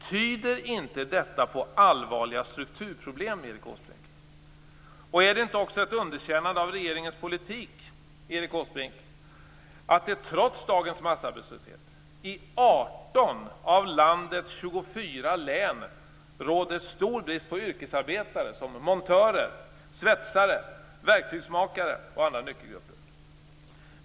Tyder inte detta på allvarliga strukturproblem, Erik Åsbrink? Är det inte också ett underkännande av regeringens politik, Erik Åsbrink, att det, trots dagens massarbetslöshet, i 18 av landets 24 län råder stor brist på yrkesarbetare som montörer, svetsare, verktygsmakare och andra nyckelgrupper?